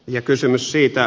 ja kysymys siitä